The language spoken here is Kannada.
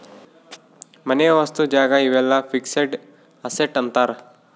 ಮನೆ ವಸ್ತು ಜಾಗ ಇವೆಲ್ಲ ಫಿಕ್ಸೆಡ್ ಅಸೆಟ್ ಅಂತಾರ